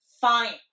fine